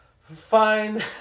fine